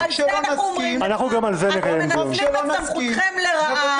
------ כל פעם שלא נסכים --- אתם מנצלים את סמכותכם לרעה.